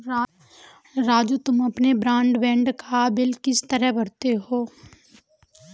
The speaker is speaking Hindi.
राजू तुम अपने ब्रॉडबैंड का बिल किस तरह भरते हो